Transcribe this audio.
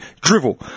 drivel